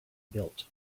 built